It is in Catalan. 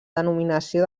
denominació